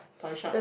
toy shop